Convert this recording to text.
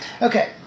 Okay